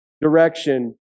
direction